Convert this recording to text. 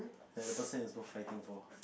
like the person is worth fighting for